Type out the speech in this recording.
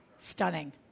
Stunning